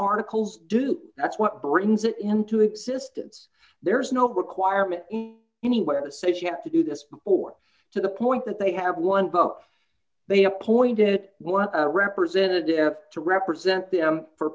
articles do that's what brings it into existence there is no of requirement anywhere says you have to do this port to the point that they have one vote they appointed one representative to represent them for